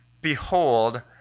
Behold